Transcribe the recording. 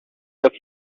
that